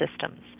systems